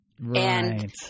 Right